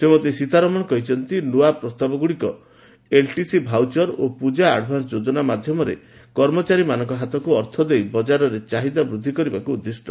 ଶ୍ରୀମତୀ ସୀତାରମଣ କହିଛନ୍ତି ନୂଆ ପ୍ରସ୍ତାବ ଗୁଡ଼ିକ ଏଲ୍ଟିସି ଭାଉଚର ଓ ପୂଜା ଆଡ୍ଭାନ୍ନ ଯୋଜନା ମାଧ୍ୟମରେ କର୍ମଚାରୀମାନଙ୍କ ହାତକୁ ଅର୍ଥ ଦେଇ ବଜାରରେ ଚାହିଦା ବୃଦ୍ଧି କରିବାକୁ ଉଦ୍ଦିଷ୍ଟ